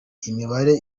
imibare